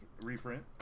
reprint